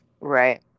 Right